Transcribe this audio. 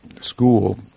school